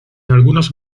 algunos